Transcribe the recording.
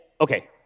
okay